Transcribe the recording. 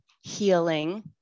healing